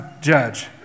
judge